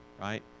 right